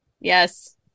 Yes